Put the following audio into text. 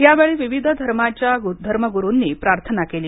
यावेळी विविध धर्माच्या धर्मागुरुनी प्रार्थना केली